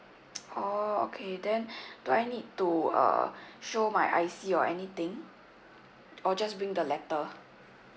oh okay then do I need to uh show my I_C or anything or just bring the letter